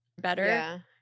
better